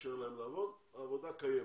לאפשר להם לעבוד, העבודה קיימת,